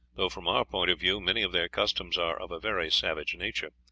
though from our point of view many of their customs are of a very savage nature.